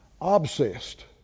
obsessed